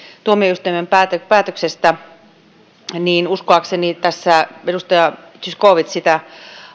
tuomioistuimen päätöksestä uskoakseni tässä edustaja zyskowicz sitä